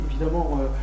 évidemment